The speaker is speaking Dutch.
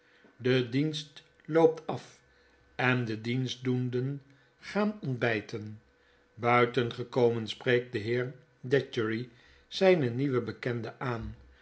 de dienst loopt af en de dienstdoenden gaan ontbyten buiten gekomen spreekt de heer datchery zyne nieuwe bekende aan